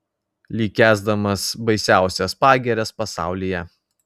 lyg kęsdamas baisiausias pagirias pasaulyje